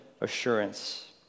assurance